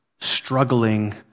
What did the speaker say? struggling